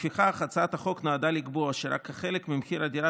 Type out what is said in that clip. לפיכך הצעת החוק נועדה לקבוע שרק חלק ממחיר הדירה,